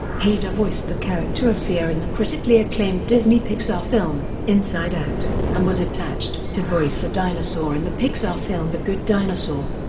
hader voiced the character of fear in the critically acclaimed disney-pixar film, inside out, and was attached to voice a dinosaur in the pixar film the good dinosaur.